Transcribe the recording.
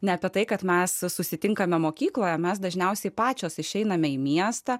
ne apie tai kad mastas susitinkame mokykloje mes dažniausiai pačios išeiname į miestą